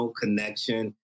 connection